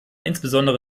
insbesondere